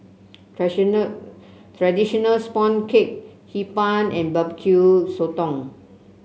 traditional sponge cake Hee Pan and Barbecue Sotong